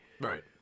Right